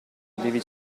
devi